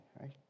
right